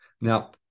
Now